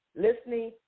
listening